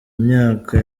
myaka